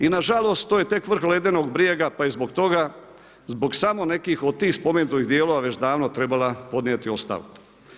I nažalost, to je tek vrh ledenog brijega pa je zbog toga, zbog samo nekih od tih spomenutih dijelova već davno trebala podnijeti ostavku.